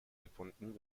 gebunden